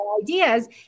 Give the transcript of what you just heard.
ideas